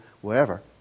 wherever